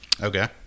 Okay